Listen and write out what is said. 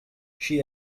she